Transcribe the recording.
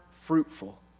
fruitful